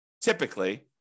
typically